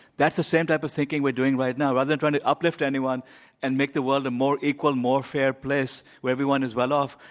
that's the same type of thinking we're doing right now. other than trying to uplift anyone and make the world a more equal more fair place where everyone is well off,